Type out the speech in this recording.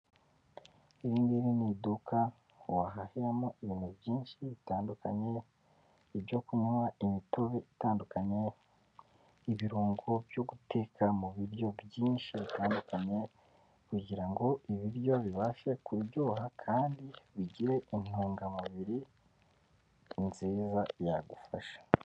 Iri ngiri ni iduka wahahiramo ibintu byinshi bitandukanye ibyo kunywa imitobe itandukanye ibirungo byo guteka mu biryo byinshi bitandukanye kugira ibiryo bibashe kuryoha kandi bigira intungamubiri nziza yagufasha.